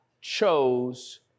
chose